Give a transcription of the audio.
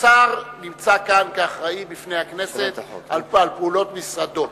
השר נמצא כאן כאחראי בפני הכנסת לפעולות משרדו